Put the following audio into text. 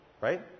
Right